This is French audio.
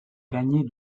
gagner